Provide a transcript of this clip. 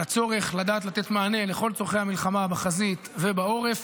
על הצורך לדעת לתת מענה לכל צורכי המלחמה בחזית ובעורף,